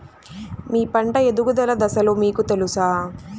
మీ పంట ఎదుగుదల దశలు మీకు తెలుసా?